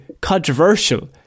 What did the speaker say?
controversial